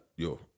Yo